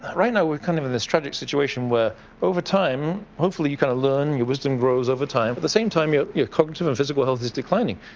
ah right now we're kind of in this tragic situation where over time, hopefully you kind of learn your wisdom grows over time, but the same time your your cognitive and physical health is declining,